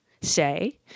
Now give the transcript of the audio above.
say